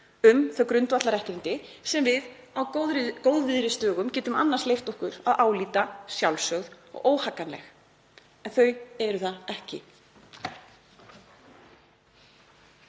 um þau grundvallarréttindi sem við getum á góðviðrisdögum annars leyft okkur að álíta sjálfsögð og óhagganleg. En þau eru það ekki.